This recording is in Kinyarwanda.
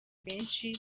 benshi